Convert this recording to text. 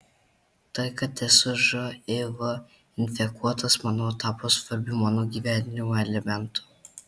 tai kad esu živ infekuotas manau tapo svarbiu mano gyvenimo elementu